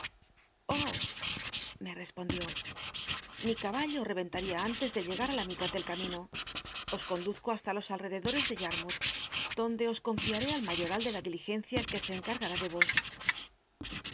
me l'espondió mi caballo te ent uia antes de llcgat á la mitad del camino os conduzco hasta los all'ededol'es de yarmouth donde os conllaré al mayoral de la diligencia que se cncargar i de ros